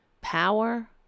power